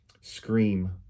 scream